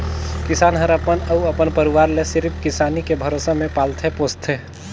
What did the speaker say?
किसान हर अपन अउ अपन परवार ले सिरिफ किसानी के भरोसा मे पालथे पोसथे